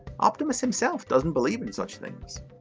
optimus himself doesn't believe in such things.